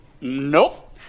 Nope